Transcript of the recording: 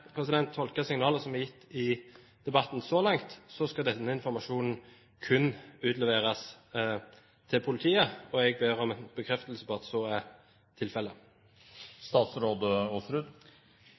tolke signaler som er gitt i debatten så langt, skal denne informasjonen kun utleveres til politiet, og jeg ber om en bekreftelse på at så er tilfellet.